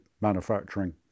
manufacturing